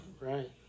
Right